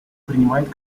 принимает